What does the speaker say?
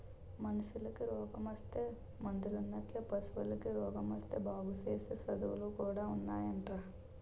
మనిసికి రోగమొత్తే మందులున్నట్లే పశువులకి రోగమొత్తే బాగుసేసే సదువులు కూడా ఉన్నాయటరా